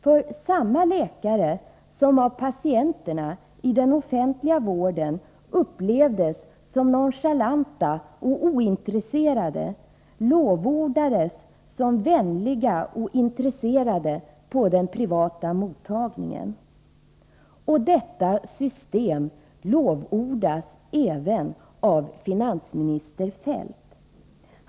För samma läkare som av patienterna i den offentliga vården upplevdes som nonchalanta och ointresserade lovordades som vänliga och intresserade på den privata mottagningen. Och detta system lovordas även av finansminister Feldt!